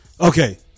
Okay